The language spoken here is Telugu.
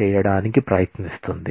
చేయడానికి ప్రయత్నిస్తుంది